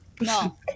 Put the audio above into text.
No